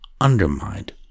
undermined